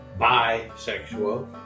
bisexual